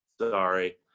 sorry